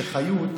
שחיות,